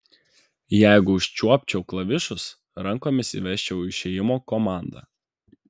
jeigu užčiuopčiau klavišus rankomis įvesčiau išėjimo komandą